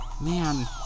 Man